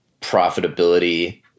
profitability